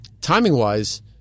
timing-wise